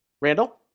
Randall